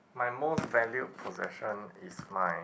my most valued possession is my